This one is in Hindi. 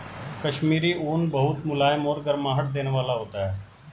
कश्मीरी ऊन बहुत मुलायम और गर्माहट देने वाला होता है